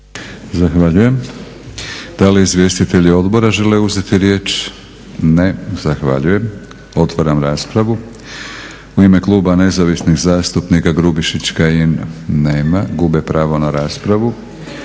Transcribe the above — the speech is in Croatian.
Zahvaljujem. Da li izvjestitelji odbora žele uzeti riječ? Ne. Zahvaljujem. Otvaram raspravu. U ime kluba Nezavisnih zastupnika Grubišić-Kajin. Nema, gube pravo na raspravu.